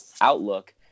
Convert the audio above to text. outlook